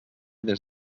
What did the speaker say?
des